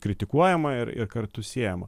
kritikuojama ir ir kartu siejama